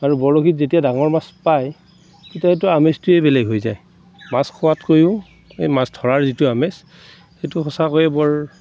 আৰু বৰশীত যেতিয়া ডাঙৰ মাছ পায় তেতিয়া সেইটো আমেজটোৱে বেলেগ হৈ যায় মাছ খোৱাতকৈও এই মাছ ধৰাৰ যিটো আমেজ সেইটো সঁচাকৈয়ে বৰ